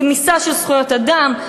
רמיסה של זכויות אדם,